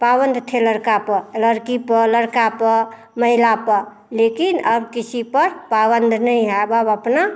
पाबंद थे लड़का लड़की पे लड़का पे महिला पर लेकिन अब किसी पर पाबंद नहीं है अब अब अपना